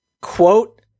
quote